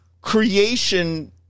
creation